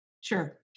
Sure